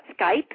Skype